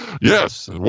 Yes